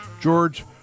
George